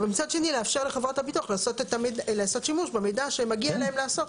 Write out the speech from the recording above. אבל מצד שני לאפשר לחברת הביטוח לעשות שימוש במידע שמגיע להם לאסוף,